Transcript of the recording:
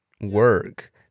work